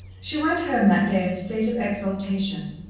she went home that day in a state of exaltation,